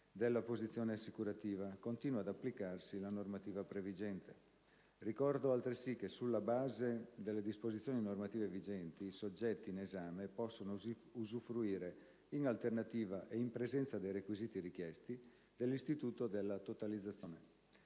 della posizione assicurativa, continua ad applicarsi la normativa previgente. Ricordo altresì che - sulla base delle disposizioni normative vigenti - i soggetti in esame possono usufruire, in alternativa e in presenza dei requisiti richiesti, dell'istituto della totalizzazione.